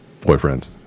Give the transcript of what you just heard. Boyfriends